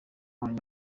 umuntu